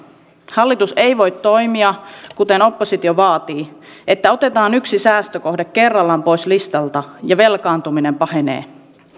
hallitus ei voi toimia kuten oppositio vaatii eli että otetaan yksi säästökohde kerrallaan pois listalta ja velkaantuminen pahenee